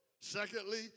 Secondly